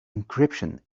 encryption